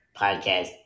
podcast